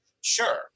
sure